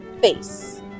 face